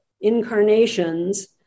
incarnations